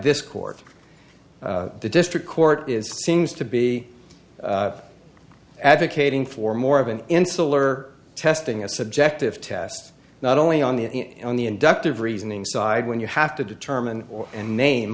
this court the district court is seems to be advocating for more of an insular testing a subjective test not only on the on the inductive reasoning side when you have to determine or and name